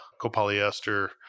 copolyester